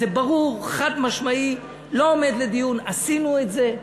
זה ברור, חד-משמעי, לא עומד לדיון, עשינו את זה.